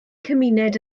cymuned